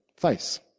face